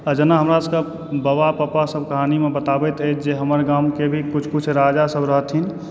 आ जेना हमरा सभक बाबा पापा सभ कहानीमे बताबैत अछि जे हमर गामके भी किछु किछु राजा सभ रहथिन